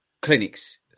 clinics